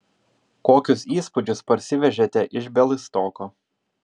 kokius įspūdžius parsivežėte iš bialystoko